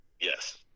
Yes